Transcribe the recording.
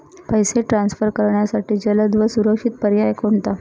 पैसे ट्रान्सफर करण्यासाठी जलद व सुरक्षित पर्याय कोणता?